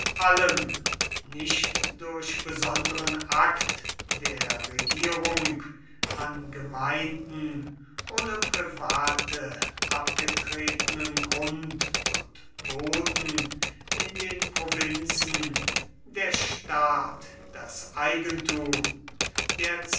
allem nicht durch besonderen akt der regierung an gemeinden oder private abgetretenen grund und boden in den provinzen der staat das eigentum